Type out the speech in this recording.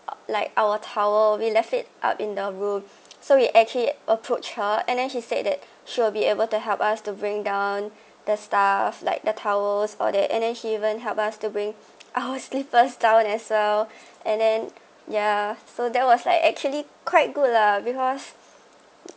like our towel we left it up in the room so we actually approach her and then she said that she will be able to help us to bring down the stuff like the towels all that and then she even help us to bring our slippers towel and so and then yeah so that was like actually quite good lah because